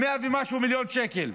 מאה ומשהו מיליון שקל.